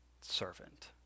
servant